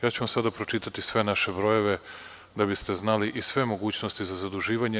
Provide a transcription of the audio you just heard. Ja ću vam sada pročitati sve naše brojeve da biste znali i sve mogućnosti za zaduživanje.